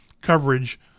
coverage